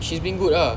she's been good ah